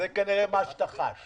זה כנראה מה שאתה חש.